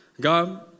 God